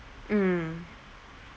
mm